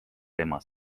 tema